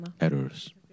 errors